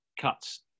cuts